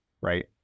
right